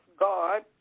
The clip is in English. God